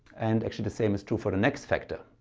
and actually the same is true for the next factor.